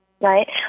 right